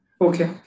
Okay